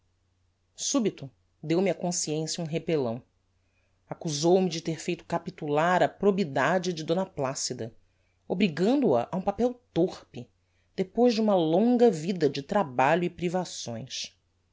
subito deu-me a consciência um repellão accusou me de ter feito capitular a probidade de d placida obrigando-a a um papel torpe depois de uma longa vida de trabalho e privações